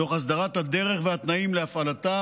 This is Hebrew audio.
תוך הסדרת הדרך והתנאים להפעלת חברה